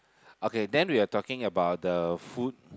okay then we are talking about the food